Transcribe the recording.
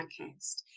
podcast